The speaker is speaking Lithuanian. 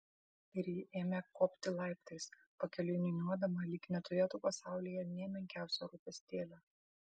ir ji ėmė kopti laiptais pakeliui niūniuodama lyg neturėtų pasaulyje nė menkiausio rūpestėlio